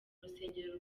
rusengero